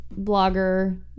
blogger